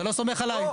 אתה לא סומך עליי?